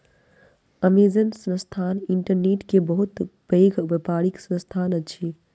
Amazon संस्थान internet के बहुत पैघ व्यापारिक संस्थान अछि